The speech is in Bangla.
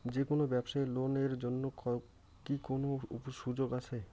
যে কোনো ব্যবসায়ী লোন এর জন্যে কি কোনো সুযোগ আসে?